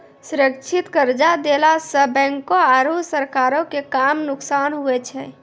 सुरक्षित कर्जा देला सं बैंको आरू सरकारो के कम नुकसान हुवै छै